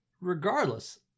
regardless